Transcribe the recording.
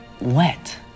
Wet